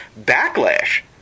backlash